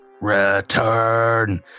return